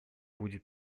будет